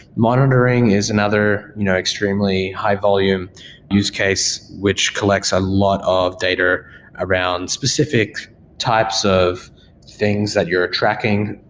monitoring is another you know extremely high-volume use case which collects a lot of data around specific types of things that you're tracking,